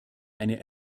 eine